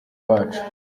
bacu